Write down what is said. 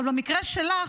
אבל במקרה שלך,